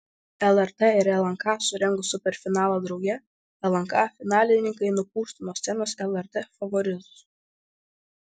lrt ir lnk surengus superfinalą drauge lnk finalininkai nupūstų nuo scenos lrt favoritus